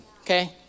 okay